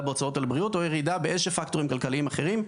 בהוצאות על בריאות או ירידה באיזה שהם פקטורים כלכליים אחרים.